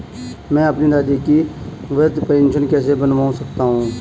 मैं अपनी दादी की वृद्ध पेंशन कैसे बनवा सकता हूँ?